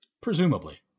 Presumably